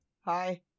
Hi